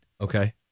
Okay